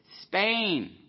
Spain